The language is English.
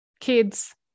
kids